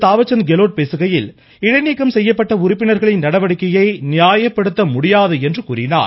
தாவர்சந்த் கெலாட் பேசுகையில் இடைநீக்கம் செய்யப்பட்ட உறுப்பினர்களின் நடவடிக்கையை நியாயப்படுத்த முடியாது என்று கூறினார்